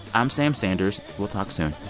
i'm sam sanders. we'll talk soon